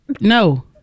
no